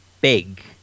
big